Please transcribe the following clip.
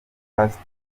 pastor